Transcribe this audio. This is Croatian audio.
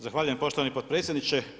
Zahvaljujem poštovani potpredsjedniče.